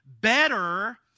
Better